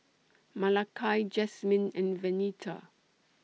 Malakai Jasmyne and Venita